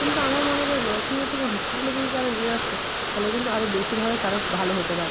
কিন্তু আমরা মনে করি নার্সিংহোমের থেকে হসপিটালে যদি তারা নিয়ে আসত তাহলে কিন্তু আরো বেশিভাবে তারা ভালো হতে পারত